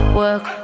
work